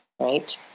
right